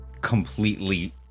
completely